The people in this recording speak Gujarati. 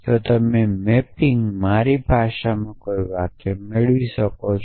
તો મેપિંગ મારી ભાષામાં કોઈ વાક્ય મેળવે છે